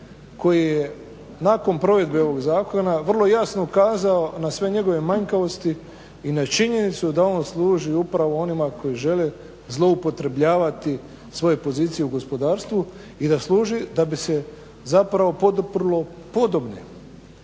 koji je nakon provedenog zakona vrlo jasno ukazao na sve njegove manjkavosti i na činjenicu i da on služi upravo onima koji žele zloupotrebljavati svoje pozicije u gospodarstvu i da služi da bi se zapravo poduprlo podobne.